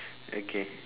okay